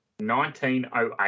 1908